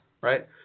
right